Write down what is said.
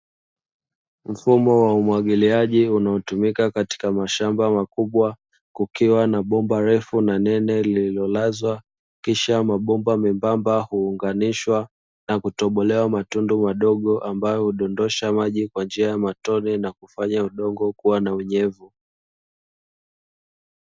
Mfumo wa umwagiliaji unaotumika katika mashamba makubwa, kukiwa na bomba refu na nene lililolazwa. Kisha mabomba membamba kuunganisha na kutobolewa matunda madogo, ambayo hudondosha maji kwa njia ya matone na kufanya udongo kuwa na unyevu.